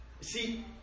See